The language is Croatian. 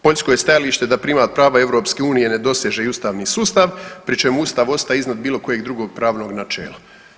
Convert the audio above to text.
Poljsko je stajalište da primat prava EU ne doseže i ustavni sustav pri čemu ustav ostaje iznad bilo kojeg drugog pravnog načela.